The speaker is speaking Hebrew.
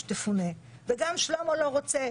זה משליך את עצמו על תוך החברה היהודית וגם על תוך החברה הערבית.